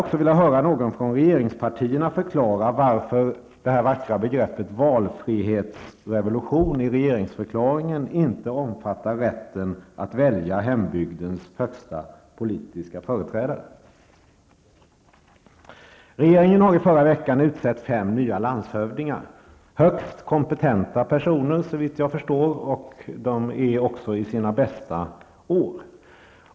Kan någon från regeringspartierna förklara varför det vackra begreppet valfrihetsrevolution i regeringsförklaringen inte omfattar rätten att välja hembygdens högsta politiska företrädare? Regeringen har i förra veckan utsett fem nya landshövdingar. Det är högst kompetenta personer, såvitt jag förstår, och de är i sina bästa år.